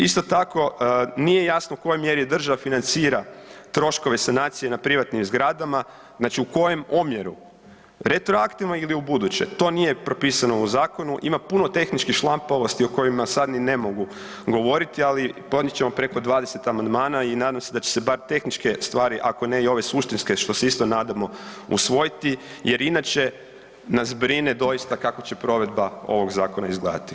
Isto tako, nije jasno u kojoj mjeri država financira troškove sanacije na privatnim zgradama, znači u kojem omjeru, retroaktivno ili ubuduće, to nije propisano u zakonu, ima puno tehničkih šlampavosti o kojima sad ni ne mogu govoriti, ali podnijet ćemo preko 20 amandmana i nadam se da će se bar tehničke stvari, ako ne i ove suštinske što se isto nadamo usvojiti jer inače nas brine doista kako će provedba ovog zakona izgledati.